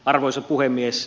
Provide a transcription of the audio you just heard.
arvoisa puhemies